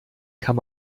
kann